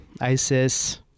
ISIS